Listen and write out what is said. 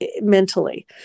mentally